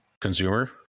consumer